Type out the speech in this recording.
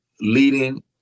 leading